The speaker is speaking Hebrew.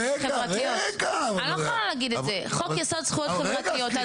חוק יסוד זכויות חברתיות.